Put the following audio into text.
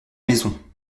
maison